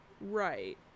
Right